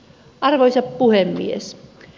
arvoisa puhemies